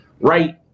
right